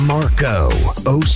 Marco